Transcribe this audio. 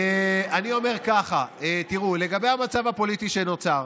אני אומר ככה: תראו, לגבי המצב הפוליטי שנוצר,